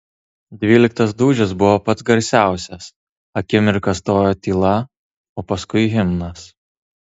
dvyliktas dūžis buvo pats garsiausias akimirką stojo tyla o paskui himnas